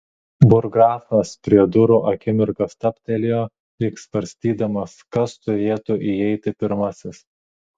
burggrafas prie durų akimirką stabtelėjo lyg svarstydamas kas turėtų įeiti pirmasis